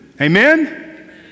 amen